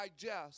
digest